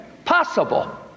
Possible